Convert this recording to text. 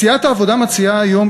סיעת העבודה מציעה היום,